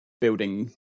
building